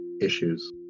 issues